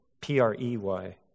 P-R-E-Y